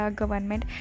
government